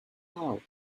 out